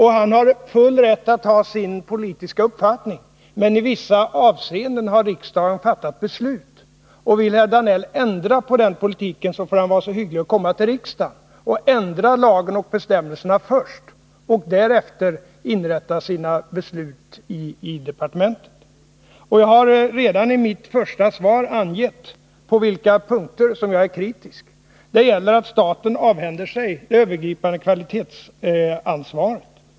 Han har full rätt att ha sin politiska uppfattning, men i vissa avseenden har riksdagen fattat beslut, och vill herr Danell ändra på politiken där får han vara så hygglig och komma till riksdagen, dvs. ändra lagar och bestämmelser först och sedan rätta sina beslut i departementet efter det. Jag har redan i mitt första inlägg angett på vilka punkter jag är kritisk. Det gäller att staten avhänder sig det övergripande kvalitetsansvaret.